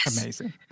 Amazing